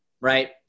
right